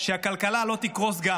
שהכלכלה לא תקרוס גם.